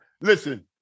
Listen